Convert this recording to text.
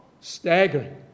staggering